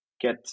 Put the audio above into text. get